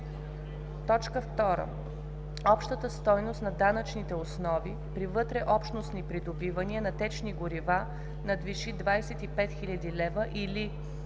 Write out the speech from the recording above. така: „2. общата стойност на данъчните основи при вътреобщностни придобивания на течни горива надвиши 25 000 лв., или